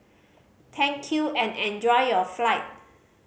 thank you and enjoy your flight